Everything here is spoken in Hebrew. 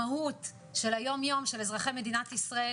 המהות של היום-יום של אזרחי מדינת ישראל